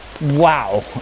wow